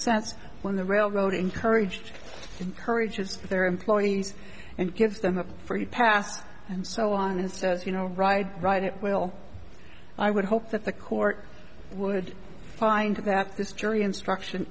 sense when the railroad encouraged encourages their employees and gives them a free pass and so on and says you know ride ride it well i would hope that the court would find that this jury instruction